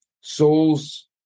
souls